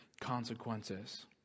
consequences